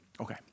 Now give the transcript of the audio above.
Okay